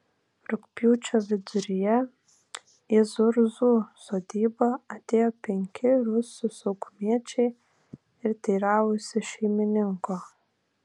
rugpjūčio viduryje į zurzų sodybą atėjo penki rusų saugumiečiai ir teiravosi šeimininko